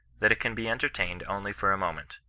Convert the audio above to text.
that it can be entertained only for a moment.